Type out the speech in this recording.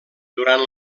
durant